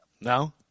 No